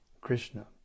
Krishna